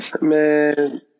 Man